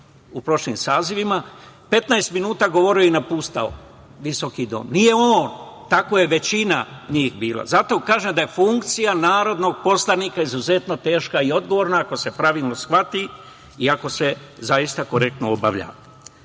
u prošlim sazivima, 15 minuta govorio i napuštao visoki dom. Nije on, takva je većina njih bila. Zato kažem da je funkcija narodnog poslanika izuzetno teška i odgovorna ako se pravilno shvati i ako se zaista korektno obavlja. Vređanje